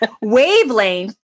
wavelength